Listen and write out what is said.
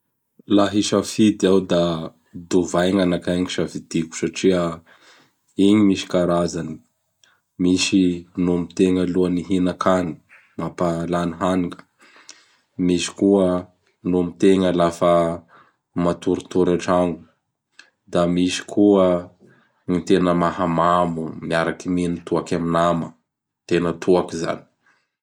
Laha hisafidy iaho da divay gn anakahy gn safidiko satria igny misy karazany. Misy nomitegna alohan'ny ihinan-kany, mampahalany hany. Misy koa nomitegna lafa matoritory atragno. Da misy koa gn ny tena mahamamo miaraky mino toaky amin'ny nama. Tena toaky izany!